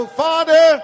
father